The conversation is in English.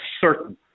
certain